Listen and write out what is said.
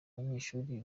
banyeshuri